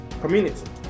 community